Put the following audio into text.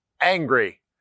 angry